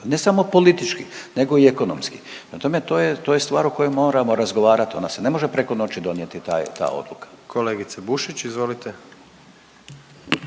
ne samo politički nego i ekonomski. Prema tome, to je stvar o kojem moramo razgovarat, ona se ne može preko noći donijeti taj ta odluka. **Jandroković, Gordan